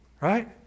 Right